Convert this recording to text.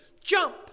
Jump